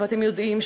ואתם יודעים,